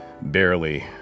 barely